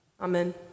Amen